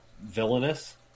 villainous